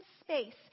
space